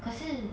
可是